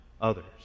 others